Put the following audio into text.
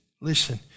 listen